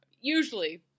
Usually